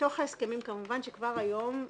בתוך ההסכמים, כמובן, שכבר היום,